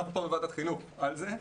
אנחנו כ בר בוועדת החינוך על זה,